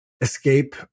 escape